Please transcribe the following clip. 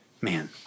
Man